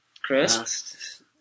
Chris